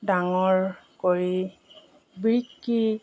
ডাঙৰ কৰি বিক্ৰী